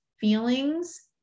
feelings